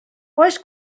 oes